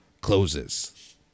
closes